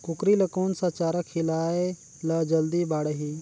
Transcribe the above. कूकरी ल कोन सा चारा खिलाय ल जल्दी बाड़ही?